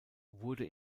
wurde